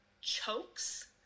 chokes